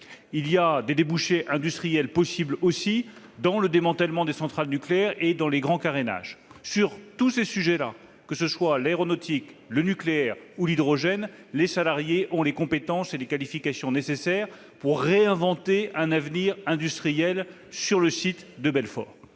nécessaires sont présentes -, mais aussi dans le démantèlement des centrales nucléaires et dans les grands carénages. Dans tous ces domaines, qu'il s'agisse de l'aéronautique, du nucléaire ou de l'hydrogène, les salariés ont les compétences et les qualifications nécessaires pour réinventer un avenir industriel sur le site de Belfort.